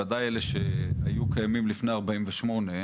וודאי אלה שהיו קיימים לפני 48,